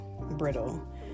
Brittle